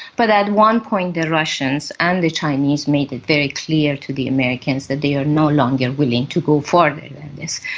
but at one point the russians and the chinese made it very clear to the americans that they are no longer willing to go forward on this.